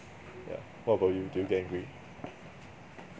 yeah what about you do you get angry